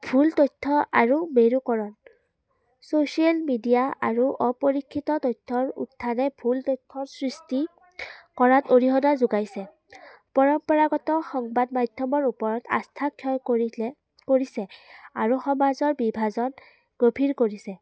ভুল তথ্য আৰু মেৰুকৰণ ছ'চিয়েল মিডিয়া আৰু অপৰিক্ষিত তথ্যৰ উত্থানে ভুল তথ্যৰ সৃষ্টি কৰাত অৰিহণা যোগাইছে পৰম্পৰাগত সংবাদ মাধ্যমৰ ওপৰত আস্থা ক্ষয় কৰিলে কৰিছে আৰু সমাজৰ বিভাজন গভীৰ কৰিছে